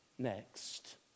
Next